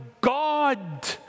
God